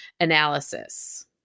analysis